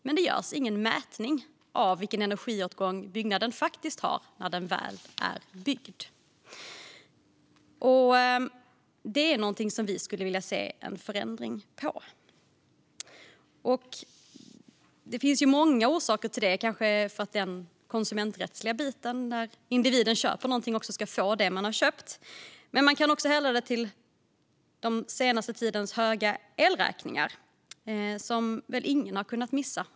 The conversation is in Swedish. Men det görs ingen mätning av den energiåtgång som byggnaden faktiskt har när den väl är byggd. Där skulle vi vilja se en förändring. Det finns många orsaker till det, till exempel den konsumenträttsliga biten. Individen som köper något ska också få det man har köpt. Men vi kan också härleda det till den senaste tidens höga elräkningar, som väl ingen har kunnat missa.